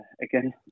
again